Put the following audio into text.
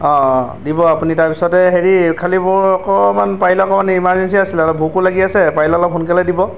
অঁ অঁ দিব আপুনি তাৰপিছতে হেৰি খালী মোৰ অকণমান পাৰিলে অকণমান ইমাৰজেঞ্চি আছিলে অলপ ভোকো লাগি আছে পাৰিলে অলপ সোনকালে দিব